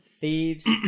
Thieves